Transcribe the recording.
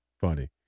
funny